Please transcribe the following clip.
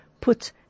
Put